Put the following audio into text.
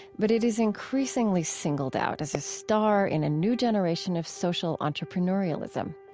but it is increasingly singled out as a star in a new generation of social entrepreneurialism.